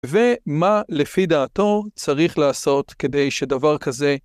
ומה לפי דעתו צריך לעשות כדי שדבר כזה